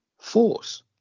force